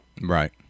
right